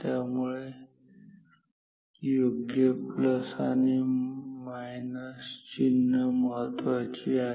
त्यामुळे योग्य प्लस आणि मायनस चिन्ह महत्त्वाची आहेत